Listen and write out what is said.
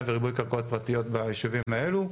וריבוי קרקעות פרטיות ביישובים האלו,